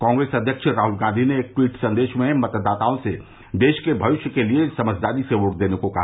कांग्रेस अध्यक्ष राहुल गांधी ने एक ट्वीट संदेश में मतदाताओं से देश के भविष्य के लिए समझदारी से वोट देने को कहा